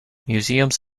museums